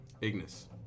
Ignis